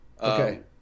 Okay